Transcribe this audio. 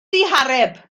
ddihareb